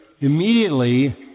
immediately